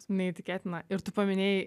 neįtikėtina ir tu paminėjai